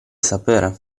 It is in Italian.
sapere